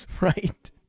right